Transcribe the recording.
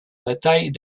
bataille